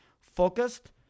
focused